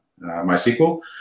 MySQL